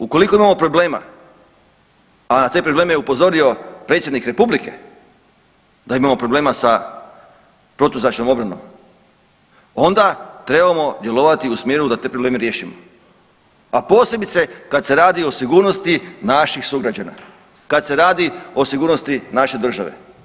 Ukoliko imamo problema, a na te probleme je upozorio Predsjednik Republike da imamo problema sa protuzračnom obranom, onda trebamo djelovati u smjeru da te probleme riješimo, a posebice kad se radi o sigurnosti naših sugrađana, kad se radi o sigurnosti naše države.